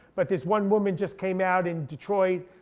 but this one woman just came out in detroit.